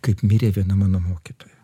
kaip mirė viena mano mokytoja